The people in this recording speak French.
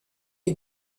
est